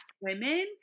women